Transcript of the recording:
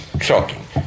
shocking